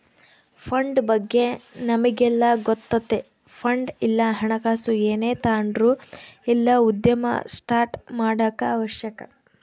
fund ಬಗ್ಗೆ ನಮಿಗೆಲ್ಲ ಗೊತ್ತತೆ ಫಂಡ್ ಇಲ್ಲ ಹಣಕಾಸು ಏನೇ ತಾಂಡ್ರು ಇಲ್ಲ ಉದ್ಯಮ ಸ್ಟಾರ್ಟ್ ಮಾಡಾಕ ಅವಶ್ಯಕ